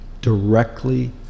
Directly